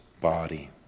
body